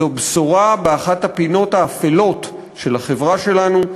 זו בשורה באחת הפינות האפלות של החברה שלנו,